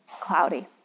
cloudy